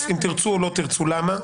למה?